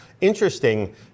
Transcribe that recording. Interesting